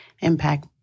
impact